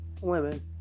women